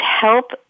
help